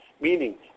Meaning